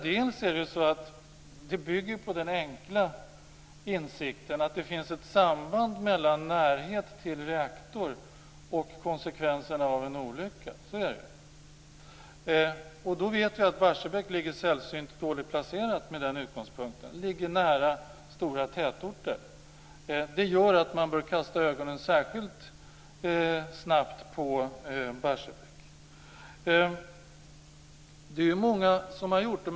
Det bygger på den enkla insikten att det finns ett samband mellan närhet till en reaktor och konsekvenserna av en olycka. Så är det. Då vet vi att Barsebäck är sällsynt dåligt placerat. Det ligger nära stora tätorter. Det gör att man snabbt bör fokusera blicken på Barsebäck. Det är många som har gjort det.